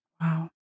Wow